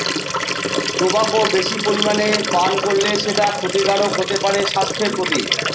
tobacco বেশি পরিমানে পান করলে সেটা ক্ষতিকারক হতে পারে স্বাস্থ্যের প্রতি